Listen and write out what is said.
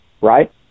Right